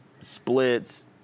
splits